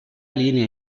línia